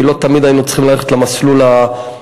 כי לא תמיד היינו צריכים ללכת למסלול הפלילי,